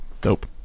dope